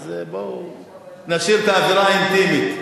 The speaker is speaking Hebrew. אז בואו נשאיר את האווירה האינטימית.